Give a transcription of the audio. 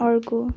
अर्को